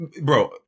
bro